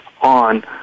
on